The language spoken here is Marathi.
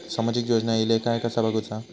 सामाजिक योजना इले काय कसा बघुचा?